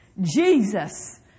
Jesus